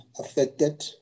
affected